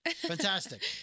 Fantastic